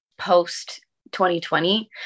post-2020